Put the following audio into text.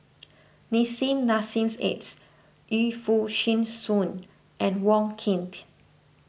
Nissim Nassim Adis Yu Foo Yee Shoon and Wong Keen